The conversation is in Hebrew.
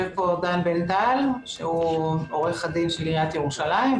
יושב פה דן בן טל עורך הדין של עיריית ירושלים,